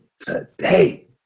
today